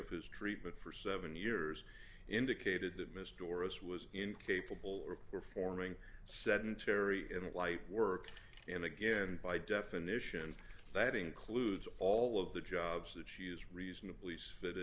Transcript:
of his treatment for seven years indicated that miss doris was incapable of performing sedentary in light work and again by definition that includes all of the jobs that she is reasonably